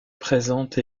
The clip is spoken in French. présente